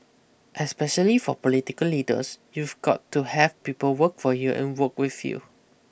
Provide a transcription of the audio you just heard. especially for political leaders you've got to have people work for you and work with you